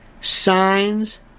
signs